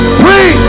three